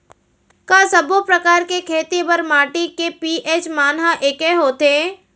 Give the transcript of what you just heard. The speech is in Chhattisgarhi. का सब्बो प्रकार के खेती बर माटी के पी.एच मान ह एकै होथे?